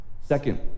Second